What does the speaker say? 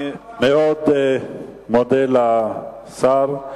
אני מאוד מודה לשר.